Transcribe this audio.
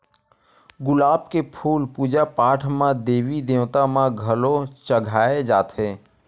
गुलाब के फूल पूजा पाठ म देवी देवता म घलो चघाए जाथे